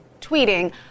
tweeting